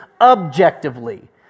objectively